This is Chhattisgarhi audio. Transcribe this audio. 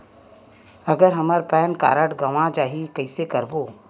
अगर हमर पैन कारड गवां जाही कइसे करबो?